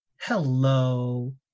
hello